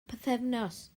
pythefnos